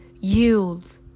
yield